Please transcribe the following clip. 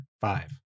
five